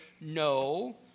no